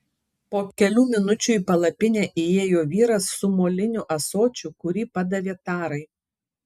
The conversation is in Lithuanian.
po kelių minučių į palapinę įėjo vyras su moliniu ąsočiu kurį padavė tarai